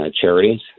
charities